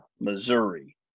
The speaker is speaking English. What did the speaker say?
Missouri